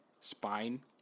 spine